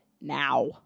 now